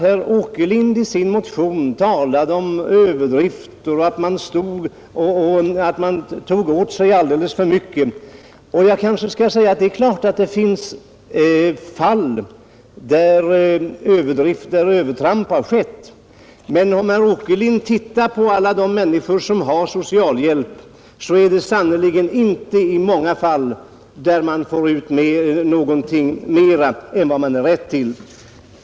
Herr Åkerlind talar i sin motion om överdrifter och menade att man betalade ut alldeles för mycket i socialhjälp. Jag medger att det självklart finns fall, där överdrifter eller övertramp har förekommit, men om herr Åkerlind tittar på alla de människor som har socialhjälp skall han finna, att det sannerligen inte är många som får ut mera än de har rätt till.